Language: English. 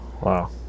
Wow